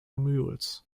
mules